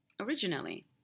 originally